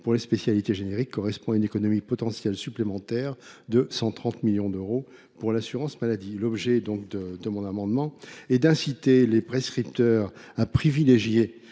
pour les spécialités génériques permettrait une économie potentielle supplémentaire de 130 millions d’euros pour l’assurance maladie. L’objet du présent amendement est d’inciter les prescripteurs à privilégier